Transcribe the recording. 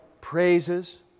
praises